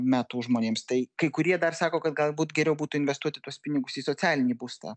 metų žmonėms tai kai kurie dar sako kad galbūt geriau būtų investuoti tuos pinigus į socialinį būstą